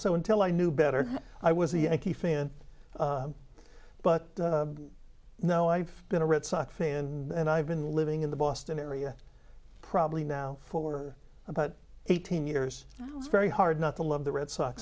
so until i knew better i was a yankee fan but no i've been a red sox fan and i've been living in the boston area probably now for about eighteen years it's very hard not to love the red sox